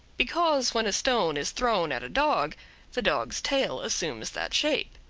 because when a stone is thrown at a dog the dog's tail assumes that shape.